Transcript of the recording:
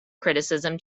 criticism